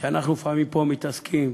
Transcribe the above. כשאנחנו לפעמים פה מתעסקים,